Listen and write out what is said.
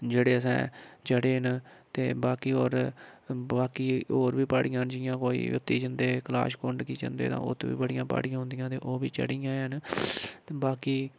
जेह्ड़े असें चढ़े न ते बाकी होर बाकी होर बी प्हाड़ियां न जि'यां कोई उत्त ई जंदे कलाश कुंड गी जंदे तां उत्त बी बड़ियां प्हाड़ियां औंदियां ते ओह् बी चढ़ियां हैन ते बाकी